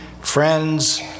friends